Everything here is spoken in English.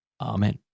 Amen